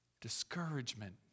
Discouragement